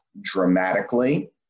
dramatically